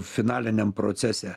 finaliniam procese